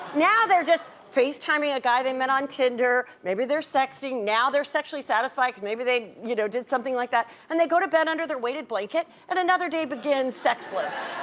now they're just facetiming a guy they met on tinder, maybe they're sexting, now they're sexually satisfied, cause maybe they, you know did something like that, and they go to bed under their weighted blanket and another day begins sexless.